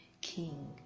king